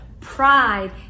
Pride